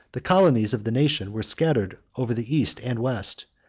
the colonies of the nation were scattered over the east and west,